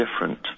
different